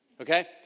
Okay